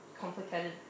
complicated